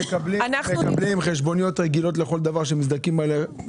הם מקבלים חשבוניות רגילות לכל דבר כשמזדכים עליהן.